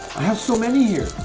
i have so many here